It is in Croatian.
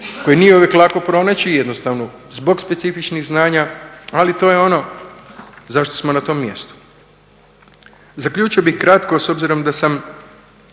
koje nije uvijek lako pronaći i jednostavno zbog specifičnih znanja, ali to je ono zašto smo na tom mjestu. Zaključio bih kratko s obzirom da sam